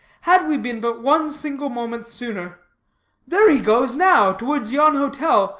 had we been but one single moment sooner there he goes, now, towards yon hotel,